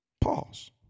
Pause